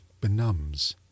benumbs